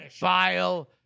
bile